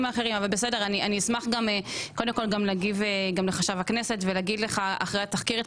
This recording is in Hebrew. אני אשמח גם להגיב לחשב הכנסת ולהגיד לך אחרי התחקיר שנעשה